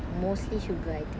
mostly sugar I think